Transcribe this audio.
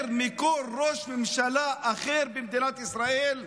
יותר מכל ראש ממשלה אחר במדינת ישראל,